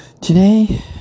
Today